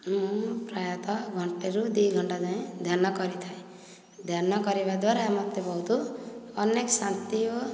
ମୁଁ ପ୍ରାୟତଃ ଘଣ୍ଟେ ରୁ ଦୁଇ ଘଣ୍ଟା ଯାଏ ଧ୍ୟାନ କରିଥାଏ ଧ୍ୟାନ କରିବା ଦ୍ୱାରା ମୋତେ ବହୁତ ଅନେକ ଶାନ୍ତି ଓ